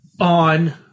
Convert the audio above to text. on